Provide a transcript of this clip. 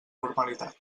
normalitat